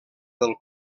del